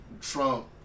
Trump